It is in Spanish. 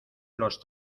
los